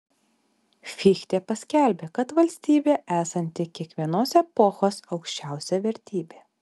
fichtė paskelbė kad valstybė esanti kiekvienos epochos aukščiausia vertybė